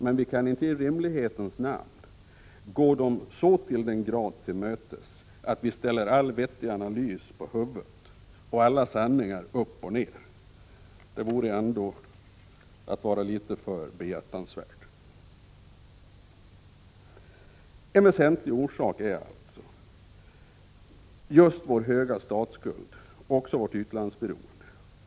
Men vi kan inte i rimlighetens namn gå dem till mötes så till den grad att vi ställer all vettig analys och alla sanningar på huvudet. Det vore ändå att vara litet för behjärtad. En väsentlig orsak till de problem som vi i dag har att brottas med är alltså just vår höga statsskuld och vårt utlandsberoende.